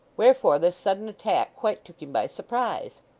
wherefore this sudden attack quite took him by surprise.